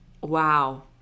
Wow